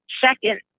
second